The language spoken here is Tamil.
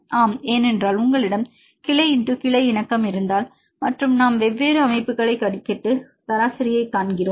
ஆம் ஏனென்றால் உங்களிடம் கிளை x கிளை இணக்கம் இருந்தால் மற்றும் நாம் வெவ்வேறு அமைப்புகளைக் கணக்கிட்டு சராசரியைக் காண்கிறோம்